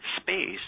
space